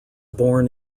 born